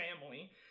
family